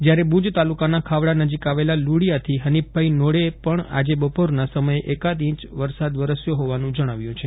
જયારે ભુજ તાલુકાના ખાવડા નજીક આવેલા લુડિયાથી હનીફભાઇ નોડેએ પણ આજે બપોરના સમયે એકાદ ઈચ વરસાદ વરસ્યો હોવાનું જણાવ્યું છે